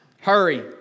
hurry